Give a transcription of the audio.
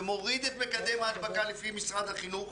שמוריד את מקדם ההדבקה לפי משרד החינוך,